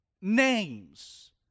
names